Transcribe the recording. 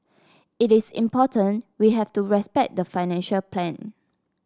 it is important we have to respect the financial plan